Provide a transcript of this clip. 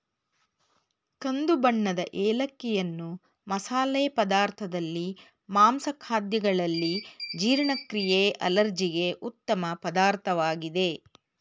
ಕಂದು ಬಣ್ಣದ ಏಲಕ್ಕಿಯನ್ನು ಮಸಾಲೆ ಪದಾರ್ಥದಲ್ಲಿ, ಮಾಂಸ ಖಾದ್ಯಗಳಲ್ಲಿ, ಜೀರ್ಣಕ್ರಿಯೆ ಅಲರ್ಜಿಗೆ ಉತ್ತಮ ಪದಾರ್ಥವಾಗಿದೆ